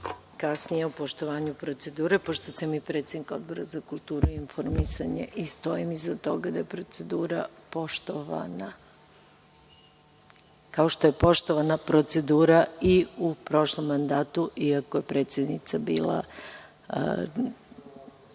kasnije o poštovanju procedure pošto sam i predsednik Odbora za kulturu i informisanje i stojim iza toga da je procedura poštovana, kao što je poštovana procedura i u prošlom mandatu, iako je predsednica bila